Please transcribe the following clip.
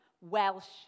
Welsh